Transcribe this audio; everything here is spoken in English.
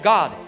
God